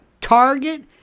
Target